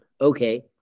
Okay